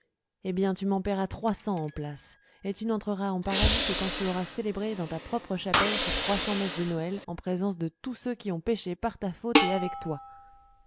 eh bien tu m'en payeras trois cents en place et tu n'entreras en paradis que quand tu auras célébré dans ta propre chapelle ces trois cents messes de noël en présence de tous ceux qui ont péché par ta faute et avec toi